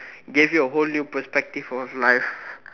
gave you a whole new perspective of life